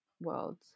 worlds